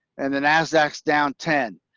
and the nasdaq's down ten.